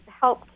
help